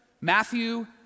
Matthew